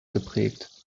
geprägt